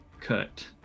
cut